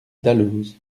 dalloz